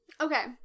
Okay